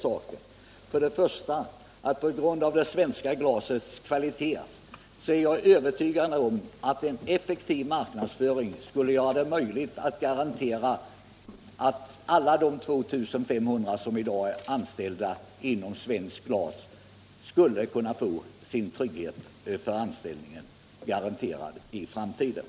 12 maj 1977 För det första är jag på grund av det svenska glasets kvalitet övertygad om att en effektiv marknadsföring skulle göra det möjligt att garantera Åtgärder för den alla de 2500 som i dag är anställda inom svensk glasindustri anställ — manuella glasinduningstrygghet för framtiden.